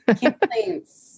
Complaints